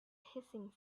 hissing